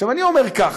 עכשיו אני אומר ככה: